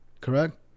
correct